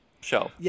show